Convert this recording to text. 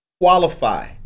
qualify